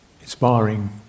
inspiring